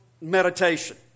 meditation